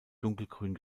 dunkelgrün